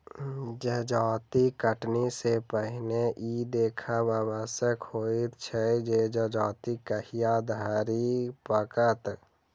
जजाति कटनी सॅ पहिने ई देखब आवश्यक होइत छै जे जजाति कहिया धरि पाकत